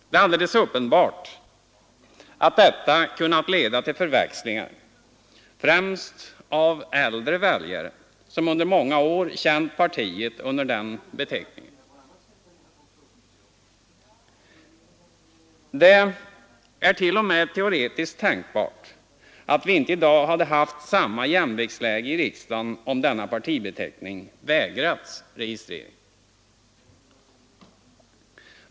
Det är alldeles uppenbart att detta kunnat leda till förväxlingar främst hos äldre väljare som under många år känt partiet under denna beteckning. Det är t.o.m. teoretiskt tänkbart att vi inte i dag hade haft samma jämviktsläge i riksdagen om denna partibeteckning vägrats registrering.